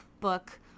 book